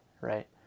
right